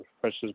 precious